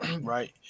right